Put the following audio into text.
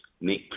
Nick